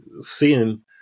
seeing